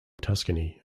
tuscany